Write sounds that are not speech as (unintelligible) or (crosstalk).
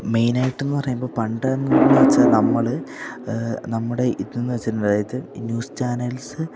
main ആയിട്ടെന്ന് പറയുമ്പോള് പണ്ട് എന്നുവെച്ചാല് നമ്മള് നമ്മുടെ ഇതെന്ന് (unintelligible) അതായത് ഈ ന്യൂസ് ചാനൽസ്